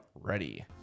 ready